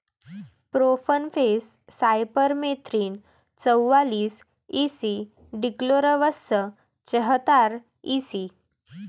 profenofos cypermethrin चौवालीस E C dichlorvos चेहतार EC